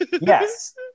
yes